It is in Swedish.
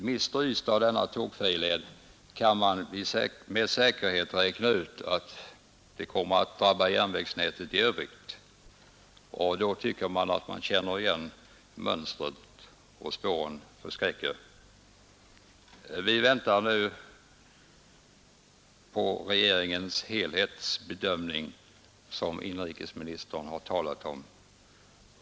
Mister Ystad denna tågfärjeled kan man med säkerhet räkna ut att det kommer att drabba järnvägsnätet i övrigt. Då känner man igen mönstret, och spåren förskräcker. Vi väntar nu på regeringens helhetsbedömning som inrikesministern talat om.